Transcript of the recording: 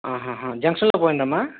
ఆహాహా జంక్షన్ లో పోయిందా అమ్మా